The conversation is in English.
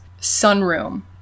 sunroom